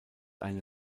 eine